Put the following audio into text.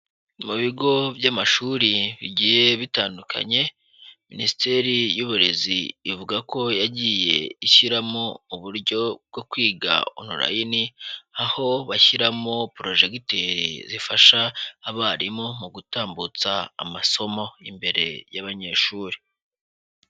Mu bigo by'amashuri bigiye bitandukanye, minisiteri y'uburezi ivuga ko yagiye ishyiramo uburyo bwo kwiga Online, aho bashyiramo progeniture zifasha abarimu mu gutambutsa amasomo imbere y'abanyeshuri.